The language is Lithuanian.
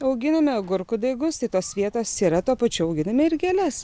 auginime agurkų daigus tai tos vietos yra tuo pačiu auginame ir gėles